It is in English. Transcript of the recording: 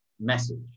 message